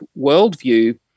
worldview